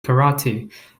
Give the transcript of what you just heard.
karate